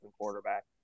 quarterback